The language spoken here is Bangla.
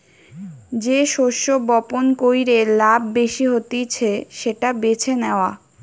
যে শস্য বপণ কইরে লাভ বেশি হতিছে সেটা বেছে নেওয়া